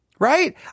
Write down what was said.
Right